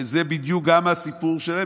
וזה בדיוק גם הסיפור שלהם.